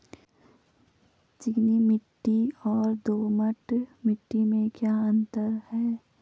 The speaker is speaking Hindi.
चिकनी मिट्टी और दोमट मिट्टी में क्या अंतर है?